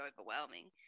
overwhelming